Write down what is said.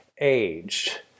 aged